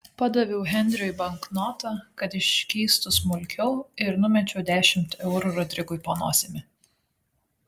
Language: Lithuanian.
padaviau henriui banknotą kad iškeistų smulkiau ir numečiau dešimt eurų rodrigui po nosimi